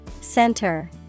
Center